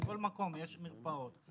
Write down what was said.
בכל מקום יש מרפאות.